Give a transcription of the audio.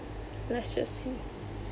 let's just see